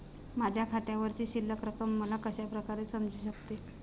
माझ्या खात्यावरची शिल्लक रक्कम मला कशा प्रकारे समजू शकते?